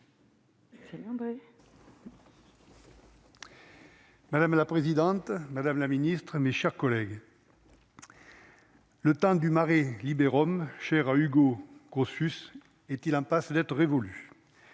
Madame la présidente, Madame la Ministre, mes chers collègues, le temps du mari libéraux mais chère à Hugo consensus est-il en passe d'être révolue